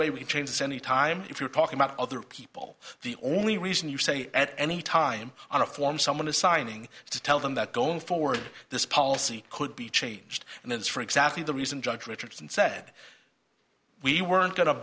way we change this any time if you're talking about other people the only reason you say at any time on a form someone is signing to tell them that going forward this policy could be changed and that is for exactly the reason judge richardson said we weren't